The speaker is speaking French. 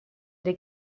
des